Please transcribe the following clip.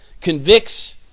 convicts